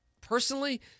personally